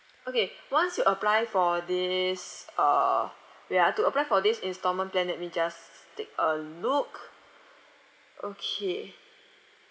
okay once you apply for this uh wait ah to apply for this instalment plan let me just take a look okay